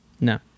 no